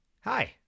Hi